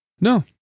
No